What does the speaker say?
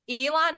Elon